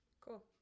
Cool